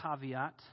caveat